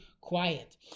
quiet